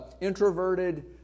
introverted